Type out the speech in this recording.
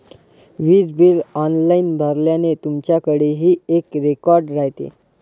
वीज bill online भरल्याने, तुमच्याकडेही एक रेकॉर्ड राहते